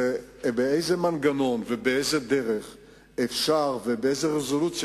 היא באיזה מנגנון ובאיזו דרך ובאיזו רזולוציה